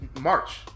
March